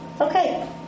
Okay